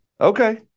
Okay